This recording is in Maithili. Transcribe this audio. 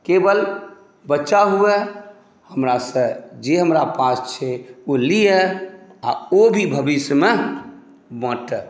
केवल बच्चा हुए हमरासँ जे हमरा पास छै ओ लिअए आ ओ भी भविष्यमे बाँटए